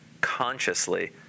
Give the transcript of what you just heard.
consciously